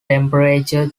temperature